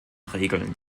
regeln